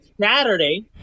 Saturday